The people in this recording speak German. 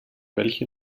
welche